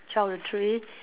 twelve to three